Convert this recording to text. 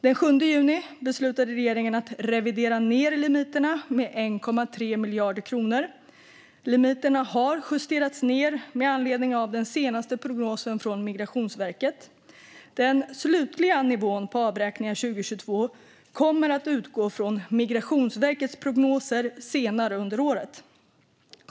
Den 7 juni beslutade regeringen att revidera ned limiterna med 1,3 miljarder kronor. Limiterna har justerats ned med anledning av den senaste prognosen från Migrationsverket. Den slutliga nivån på avräkningar 2022 kommer att utgå från Migrationsverkets prognoser senare under året.